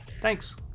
Thanks